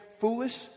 ...foolish